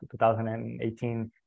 2018